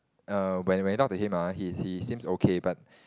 err when when I talk to him ah he he seems okay but